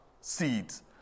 seeds